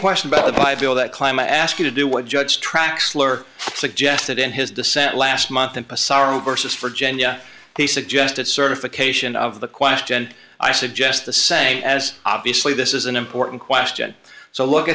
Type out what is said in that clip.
question about the bible that climb a ask you to do what judge traxler suggested in his dissent last month and a sorrow versus virginia he suggested certification of the question i suggest the same as obviously this is an important question so look